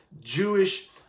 Jewish